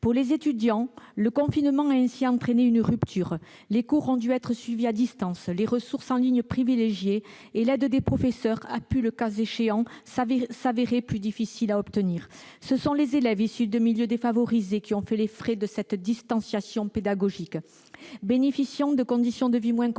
Pour les étudiants, le confinement a entraîné une rupture : les cours ont dû être suivis à distance, les ressources en ligne privilégiées et l'aide des professeurs a pu, le cas échéant, s'avérer plus difficile à obtenir. Ce sont les élèves issus de milieux défavorisés qui ont fait les frais de cette distanciation pédagogique.